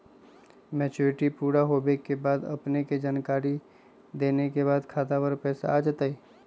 Maturity पुरा होवे के बाद अपने के जानकारी देने के बाद खाता पर पैसा आ जतई?